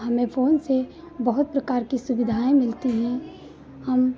हमें फ़ोन से बहुत प्रकार की सुविधाएँ मिलती हैं हम